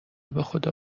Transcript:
بخدا